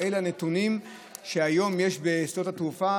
אלה הנתונים שהיום יש בשדות התעופה.